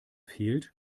fehlt